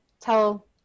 tell